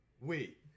Wait